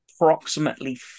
approximately